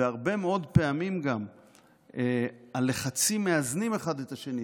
והרבה מאוד פעמים גם הלחצים מאזנים אחד את השני.